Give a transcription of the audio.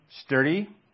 sturdy